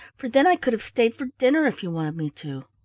for then i could have stayed for dinner if you wanted me to.